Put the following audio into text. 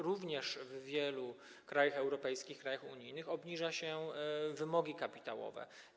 Również w wielu krajach europejskich, krajach unijnych obniża się wymogi kapitałowe.